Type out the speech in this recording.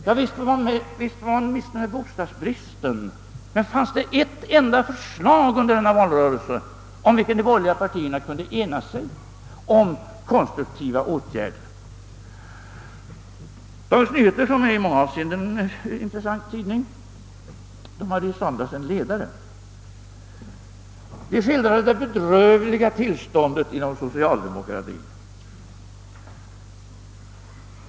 Ja, visst var man missnöjd med bostadsbristen, men förekom det under valrörelsen ett enda förslag om vilket de borgerliga partierna kunde ena sig om konstruktiva åtgärder? Dagens Nyheter, som är en i många avseenden intressant tidning, hade i söndags en ledare, i vilken man skildrade det bedrövliga tillståndet inom socialdemokratien.